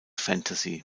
fantasy